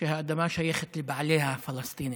שהאדמה שייכת לבעליה הפלסטינים,